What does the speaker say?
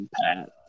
Pat